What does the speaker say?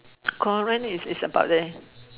Korean is is about there